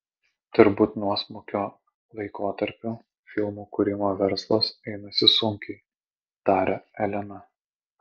turbūt nuosmukio laikotarpiu filmų kūrimo verslas einasi sunkiai taria elena